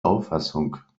auffassung